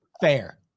Fair